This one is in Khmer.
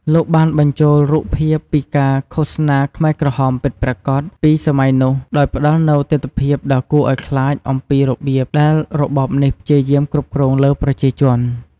លោកបានបញ្ចូលរូបភាពពីការ ឃោសនាខ្មែរក្រហមពិតប្រាកដ ពីសម័យនោះ ដោយផ្តល់នូវទិដ្ឋភាពដ៏គួរឱ្យខ្លាចអំពីរបៀបដែលរបបនេះព្យាយាមគ្រប់គ្រងលើប្រជាជន។